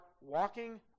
walking